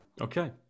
Okay